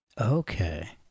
Okay